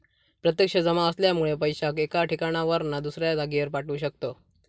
प्रत्यक्ष जमा असल्यामुळे पैशाक एका ठिकाणावरना दुसऱ्या जागेर पाठवू शकताव